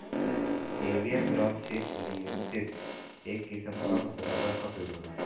Hevea ब्रासिलिएन्सिस, एक किसिम क रबर क पेड़ होला